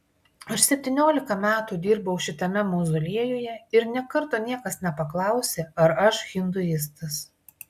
aš septyniolika metų dirbau šitame mauzoliejuje ir nė karto niekas nepaklausė ar aš hinduistas